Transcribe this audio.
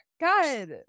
God